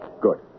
Good